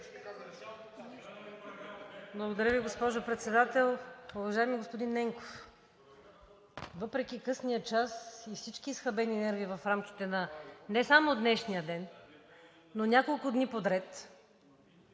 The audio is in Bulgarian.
Благодаря Ви, госпожо Председател. Уважаеми господин Ненков, въпреки късния час и всички изхабени нерви в рамките не само от днешния ден, но няколко дни подред,